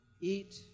Eat